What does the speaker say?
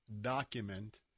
document